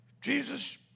Jesus